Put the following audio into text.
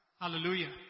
Hallelujah